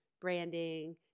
branding